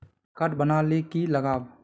Card बना ले की लगाव?